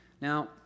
Now